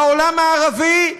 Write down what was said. לעולם הערבי,